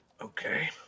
okay